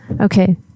okay